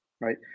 right